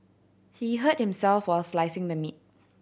he hurt himself while slicing the meat